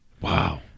Wow